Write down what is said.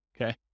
okay